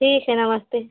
ठीक है नमस्ते